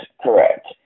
correct